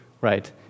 right